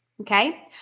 Okay